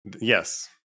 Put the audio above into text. Yes